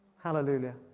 Hallelujah